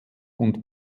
und